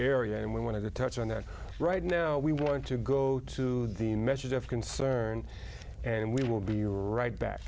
area and we want to touch on there right now we want to go to the measures of concern and we will be right back